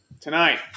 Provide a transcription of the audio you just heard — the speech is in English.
tonight